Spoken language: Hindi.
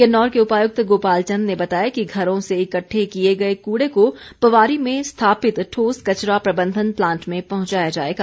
किन्नौर के उपायुक्त गोपाल चंद ने बताया कि घरों से इकट्ठे किए गए कूड़े को पवारी में स्थापित ठोस कचरा प्रबंधन प्लांट में पहुंचाया जाएगा